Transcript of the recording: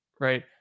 right